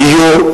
דיור,